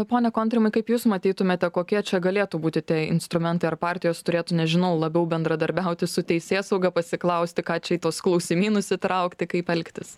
pone kontrimai kaip jūs matytumėte kokie čia galėtų būti tie instrumentai ar partijos turėtų nežinau labiau bendradarbiauti su teisėsauga pasiklausti ką čia į tuos klausimynus įtraukti kaip elgtis